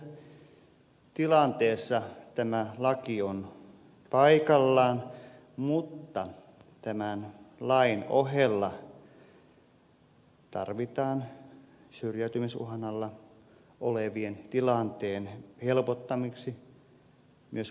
nykyisessä tilanteessa tämä laki on paikallaan mutta tämän lain ohella tarvitaan syrjäytymisuhan alla olevien tilanteen helpottamiseksi myös muita toimia